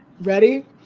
ready